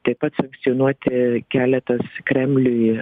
taip pat sankcionuoti keletas kremliui